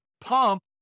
pump